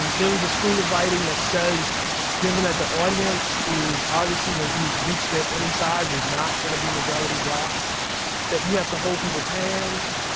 and there was a school of writing that says given that the audience is obviously when you reach to any size, is not gonna be majority-black that you have to hold people's hands.